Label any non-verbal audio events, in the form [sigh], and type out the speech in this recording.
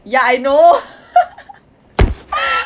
ya I know [laughs] [noise] [laughs]